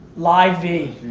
live v.